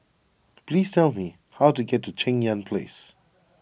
please tell me how to get to Cheng Yan Place